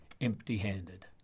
empty-handed